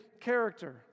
character